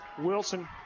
Wilson